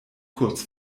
kurz